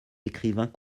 écrivains